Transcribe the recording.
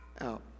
out